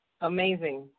Amazing